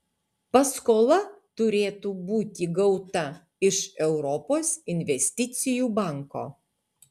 paskola turėtų būti gauta iš europos investicijų banko